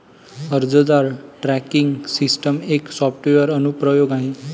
अर्जदार tracking system एक software अनुप्रयोग आहे